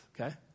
okay